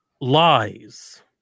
lies